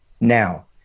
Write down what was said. now